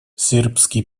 сербский